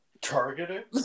targeted